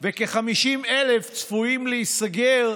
וכ-50,000 צפויים להיסגר